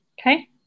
Okay